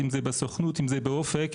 בסוכנות ובאופק.